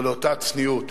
או לאותה צניעות,